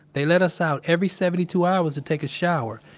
they let us out every seventy two hours to take a shower,